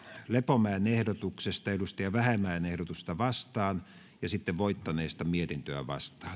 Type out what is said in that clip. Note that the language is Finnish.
lepomäen ehdotuksesta ville vähämäen ehdotusta vastaan ja sitten voittaneesta mietintöä vastaan